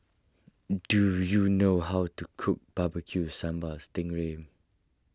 do you know how to cook Barbecue Sambal Sting Ray